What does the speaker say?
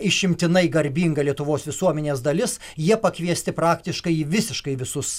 išimtinai garbinga lietuvos visuomenės dalis jie pakviesti praktiškai į visiškai visus